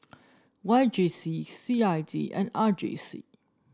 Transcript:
Y J C C I D and R J C